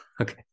Okay